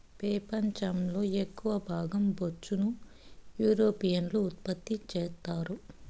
పెపంచం లో ఎక్కవ భాగం బొచ్చును యూరోపియన్లు ఉత్పత్తి చెత్తారు